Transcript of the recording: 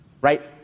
right